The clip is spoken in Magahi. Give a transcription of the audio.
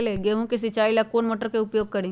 गेंहू के सिंचाई ला कौन मोटर उपयोग करी?